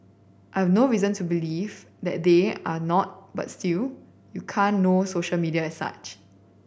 I've no reason to believe that they are not but still you can't know social media as such